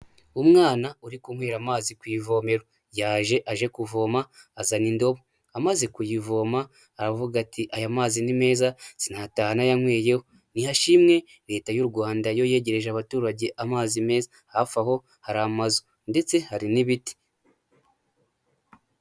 Umwana uri kunywera amazi ku ivomero yaje aje kuvoma azana indobo, amaze kuyivoma aravuga ati: "Aya mazi ni meza sinataha ntayanyweyeho." Nihashimwe leta y'u Rwanda yo yegereje abaturage amazi meza, hafi aho hari amazu ndetse hari n'ibiti.